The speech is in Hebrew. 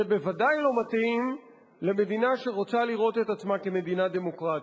זה בוודאי לא מתאים למדינה שרוצה לראות את עצמה כמדינה דמוקרטית.